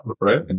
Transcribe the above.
Right